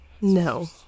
No